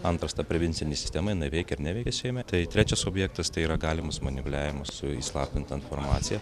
antras ta prevencinė sistema jinai veikia ar neveikia seime tai trečias objektas tai yra galimas manipuliavimas su įslaptinta informacija